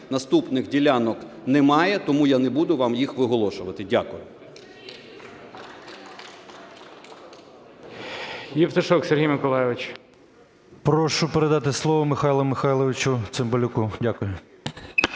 наступних ділянок немає, тому я не буду вам їх виголошувати. Дякую.